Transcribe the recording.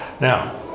Now